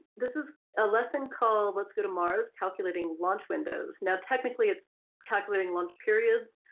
this is a lesson called let's go to mars calculating launch windows now technically it's calculating launch periods,